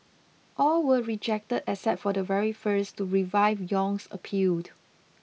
all were rejected except for the very first to revive Yong's appealed